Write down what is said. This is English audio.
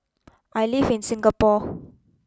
I live in Singapore